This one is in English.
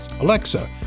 Alexa